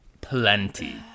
plenty